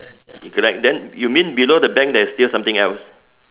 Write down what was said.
correct then you mean below the bank there's still something else